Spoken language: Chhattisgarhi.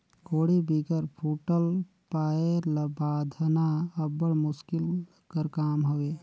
कोड़ी बिगर फूटल पाएर ल बाधना अब्बड़ मुसकिल कर काम हवे